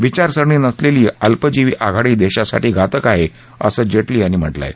विचारसरणी नसलेली अल्पजीवी आघाडी देशासाठी घातक आहे असं जेटली यांनी म्हटलं आहे